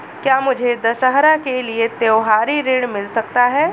क्या मुझे दशहरा के लिए त्योहारी ऋण मिल सकता है?